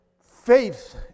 faith